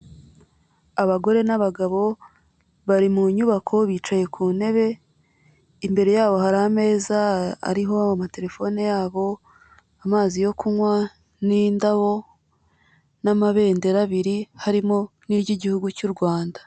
Abagore n'abagabo bari mu nyubako bicaye ku ntebe. Imbere yabo hari ameza ariho amatelefone yabo, amazi yo kunywa, n'indabo, n'amabendera abiri. Harimo n'iry'igihugu cy' u Rwanda.